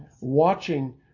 Watching